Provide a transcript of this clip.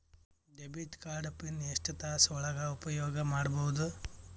Debit card PIN ಎಷ್ಟ ತಾಸ ಒಳಗ ಉಪಯೋಗ ಮಾಡ್ಬಹುದು?